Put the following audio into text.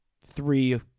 three